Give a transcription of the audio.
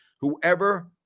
whoever